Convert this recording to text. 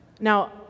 Now